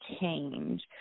change